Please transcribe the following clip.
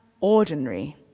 ordinary